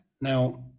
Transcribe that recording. Now